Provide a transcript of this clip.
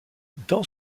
dans